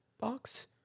box